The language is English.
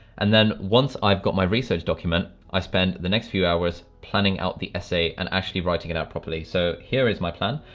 and then once i've got my research document, i spent the next few hours planning out the essay and actually writing it out properly. so, here is my plan,